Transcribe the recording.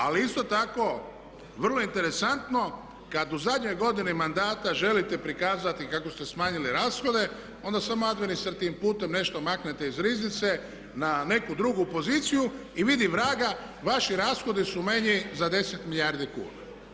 Ali isto tako vrlo interesantno kad u zadnjoj godini mandata želite prikazati kako ste smanjili rashode onda samo administrativnim putem nešto maknete iz riznice na neku drugu poziciju i vidi vraga vaši rashodi su manji za 10 milijardi kuna.